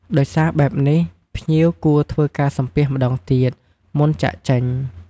ដោយសារបែបនេះ ភ្ញៀវគួរធ្វើការសំពះម្តងទៀត មុនចាកចេញ។